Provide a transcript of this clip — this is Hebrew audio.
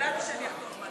ידעתי שאני אחטוף.